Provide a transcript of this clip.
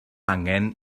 angen